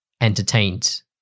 entertained